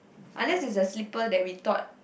unless is the slipper that we thought